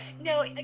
No